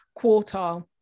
quartile